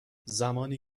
زمانی